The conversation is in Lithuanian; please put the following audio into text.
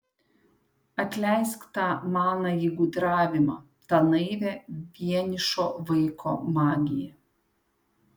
atleisk tą manąjį gudravimą tą naivią vienišo vaiko magiją